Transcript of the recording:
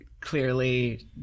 clearly